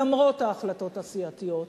למרות ההחלטות הסיעתיות: